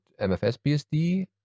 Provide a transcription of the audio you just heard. mfsbsd